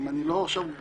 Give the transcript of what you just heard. עוד פעם,